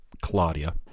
Claudia